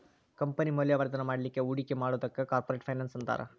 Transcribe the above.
company ಮೌಲ್ಯವರ್ಧನ ಮಾಡ್ಲಿಕ್ಕೆ ಹೂಡಿಕಿ ಮಾಡೊದಕ್ಕ ಕಾರ್ಪೊರೆಟ್ ಫೈನಾನ್ಸ್ ಅಂತಾರ